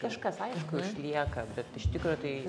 kažkas aišku išlieka bet iš tikro tai